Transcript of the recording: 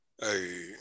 hey